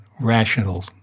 rational